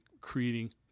creating